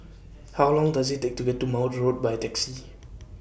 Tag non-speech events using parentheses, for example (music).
(noise) How Long Does IT Take to get to Maude Road By Taxi